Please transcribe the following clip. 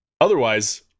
Otherwise